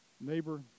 Neighbor